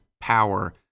power